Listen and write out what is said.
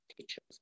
teachers